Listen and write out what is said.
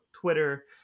Twitter